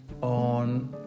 on